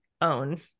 own